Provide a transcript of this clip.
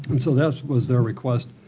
and so that was their request,